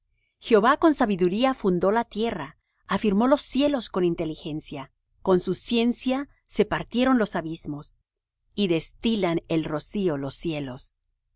jehová con sabiduría fundó la tierra afirmó los cielos con inteligencia con su ciencia se partieron los abismos y destilan el rocío los cielos